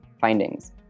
findings